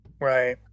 right